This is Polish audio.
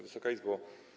Wysoka Izbo!